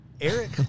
eric